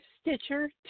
Stitcher